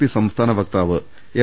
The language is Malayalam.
പി സംസ്ഥാന വക്താവ് എം